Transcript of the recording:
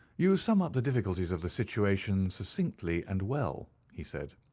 you sum up the difficulties of the situation succinctly and well, he said.